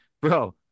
bro